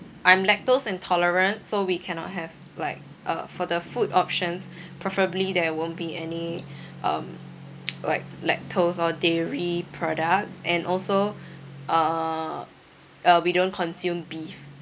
I'm lactose intolerant so we cannot have like uh for the food options preferably there won't be any um like lactose or dairy products and also uh uh we don't consume beef